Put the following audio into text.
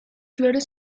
flores